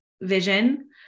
vision